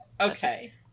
okay